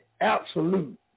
absolute